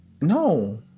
No